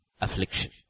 affliction